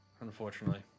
Unfortunately